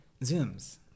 Zooms